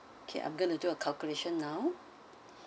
okay I'm going to do a calculation now